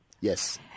Yes